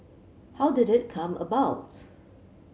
how did it come about